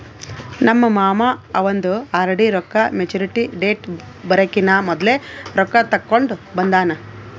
ನಮ್ ಮಾಮಾ ಅವಂದ್ ಆರ್.ಡಿ ರೊಕ್ಕಾ ಮ್ಯಚುರಿಟಿ ಡೇಟ್ ಬರಕಿನಾ ಮೊದ್ಲೆ ರೊಕ್ಕಾ ತೆಕ್ಕೊಂಡ್ ಬಂದಾನ್